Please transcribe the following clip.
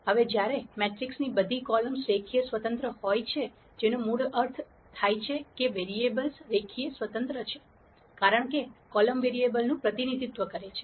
હવે જ્યારે મેટ્રિક્સની બધી કોલમ્સ રેખીય સ્વતંત્ર હોય છે જેનો મૂળ અર્થ થાય છે કે વેરીએબલ્સ રેખીય સ્વતંત્ર છે કારણ કે કોલમ વેરીએબલનું પ્રતિનિધિત્વ કરે છે